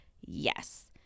yes